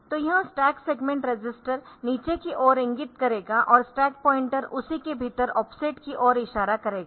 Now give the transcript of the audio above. तो यह stack segment register नीचे की ओर इंगित करेगा और स्टैक पॉइंटर उसी के भीतर ऑफसेट की ओर इशारा करेगा